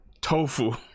Tofu